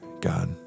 God